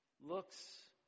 looks